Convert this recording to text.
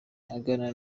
aganira